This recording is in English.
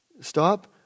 Stop